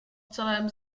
celém